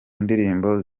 ndirimbo